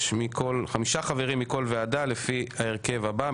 חמישה חברים מכל ועדה לפי ההרכב הבא,